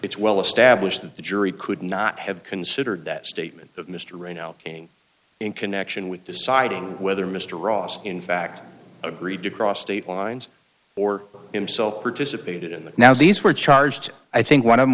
it's well established that the jury could not have considered that statement of mr right now in connection with deciding whether mr ross in fact agreed to cross state lines or himself participated in that now these were charged i think one of the